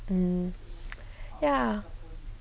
mm ya